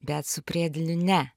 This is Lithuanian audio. bet su priedėliu ne